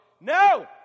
no